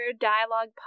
Dialogue